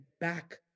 back